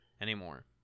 anymore